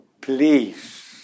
please